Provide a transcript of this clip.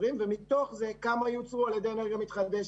ומתוך זה כמה יוצרו על ידי אנרגיה מתחדשת.